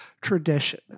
tradition